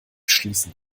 schließen